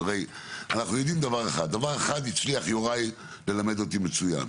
הרי, יוראי הצליח ללמד אותי דבר אחד מצוין: